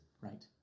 Right